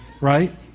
right